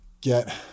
get